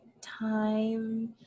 time